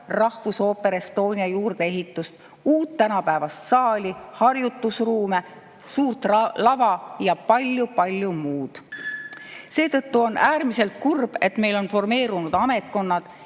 Rahvusooper Estonia juurdeehitust, uut tänapäevast saali, harjutusruume, suurt lava ja palju-palju muud. Seetõttu on äärmiselt kurb, et meil on formeerunud ametkonnad